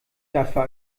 dafür